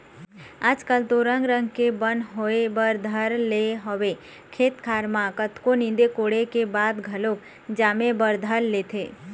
आज कल तो रंग रंग के बन होय बर धर ले हवय खेत खार म कतको नींदे कोड़े के बाद घलोक जामे बर धर लेथे